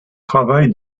travail